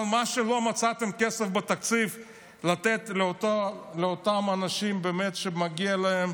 אבל מה שלא מצאתם זה כסף בתקציב לתת לאותם אנשים שבאמת מגיע להם,